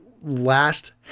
last